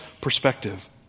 perspective